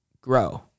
Grow